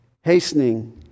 Hastening